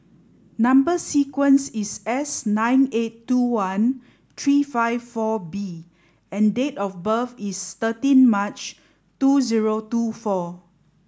number sequence is S nine eight two one three five four B and date of birth is thirteen March two zero two four